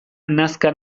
nazka